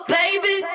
baby